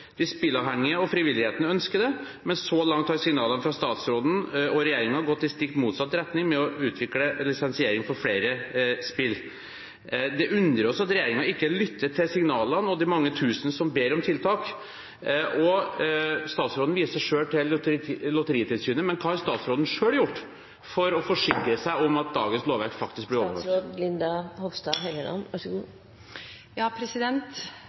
og frivilligheten ønsker det, men så langt har signalene fra statsråden og regjeringen gått i stikk motsatt retning – med å utvikle lisensiering av flere spill. Det undrer oss at regjeringen ikke lytter til signalene og de mange tusen som ber om tiltak. Statsråden viser til Lotteritilsynet, men hva har statsråden selv gjort for å forsikre seg om at dagens lovverk faktisk blir